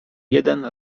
jeden